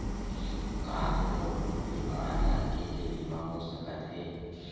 का कोनो बीमार मनखे के बीमा हो सकत हे?